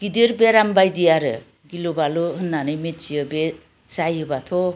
गिदिर बेराम बायदि आरो गिलु बालु होननानै मिथियो बे जायोबाथ'